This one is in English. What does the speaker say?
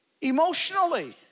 emotionally